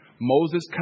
Moses